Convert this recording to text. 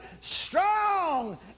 strong